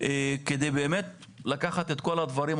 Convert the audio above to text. כדי באמת לקחת את כל הדברים,